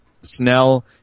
Snell